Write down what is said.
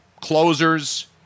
closers